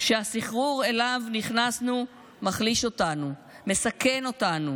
שהסחרור שאליו נכנסנו מחליש אותנו, מסכן אותנו.